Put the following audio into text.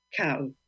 Cow